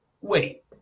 wait